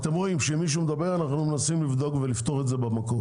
אתם רואים שאם מישהו מדבר אנחנו לא מנסים לבדוק ולפתור את זה במקום.